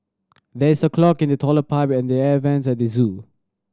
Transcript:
there is a clog in the toilet pipe and the air vents at the zoo